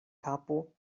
kapo